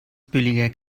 billiger